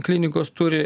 klinikos turi